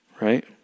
right